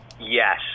yes